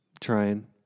trying